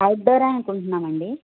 outdoor అనుకుంటున్నాం అండి